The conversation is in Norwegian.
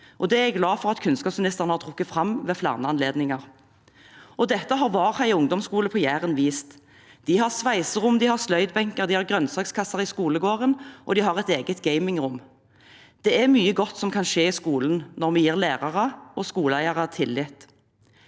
Det er jeg glad for at kunnskapsministeren har trukket fram ved flere anledninger. Dette har Vardheia ungdomsskole på Jæren vist. De har sveiserom, de har sløydbenker, de har grønnsakskasser i skolegården, og de har et eget gamingrom. Det er mye godt som kan skje i skolen når vi gir lærere og skoleeiere tillit.